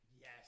Yes